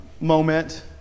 moment